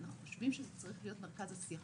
אנחנו חושבים שזה צריך להיות מרכז השיח.